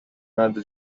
مرد